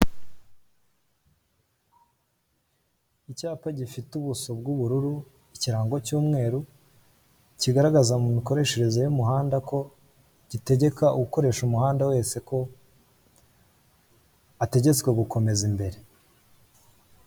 Icyapa gifite ubuso bw'ubururu, ikirango cy'umweru, kigaragaza mu mikoreshereze y'umuhanda, ko gitegeka ukoresha umuhanda wese ko ategetswe gukomeza imbere.